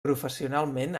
professionalment